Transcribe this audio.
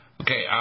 Okay